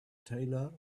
taylor